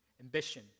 ambition